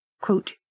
quote